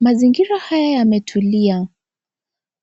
Mazingira haya yametulia.